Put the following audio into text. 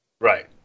Right